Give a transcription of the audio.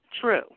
true